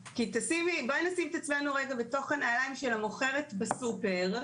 בואי נשים את עצמנו רגע בתוך הנעליים של המוכרת בסופר,